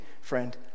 friend